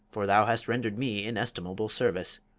for thou hast rendered me inestimable service.